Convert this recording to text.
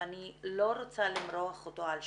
ואני לא רוצה למרוח אותו על שעתיים.